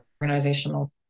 organizational